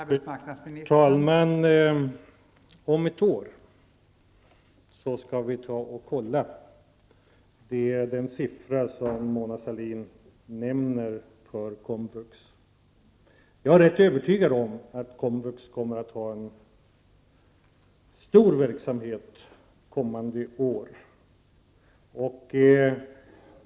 Fru talman! Om ett år skall vi ta och kontrollera den siffra som Mona Sahlin nämner för komvux. Jag är ganska övertygad om att komvux kommer att ha stor verksamhet kommande år.